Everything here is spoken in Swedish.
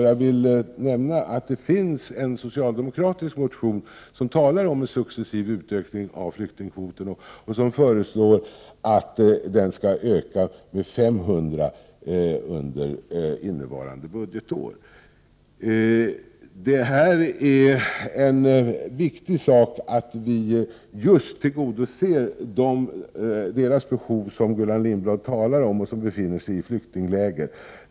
Jag vill nämna att det finns en socialdemokratisk motion där det talas om en successiv utökning av flyktingkvoten och där det föreslås att kvoten skall öka med 500 under innevarande budgetår. Det är viktigt att vi tillgodoser de människors behov som Gullan Lindblad talade om, dvs. de människor som befinner sig i flyktingläger.